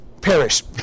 perish